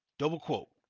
double-quote.